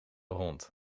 hond